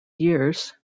years